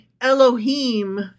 Elohim